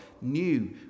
new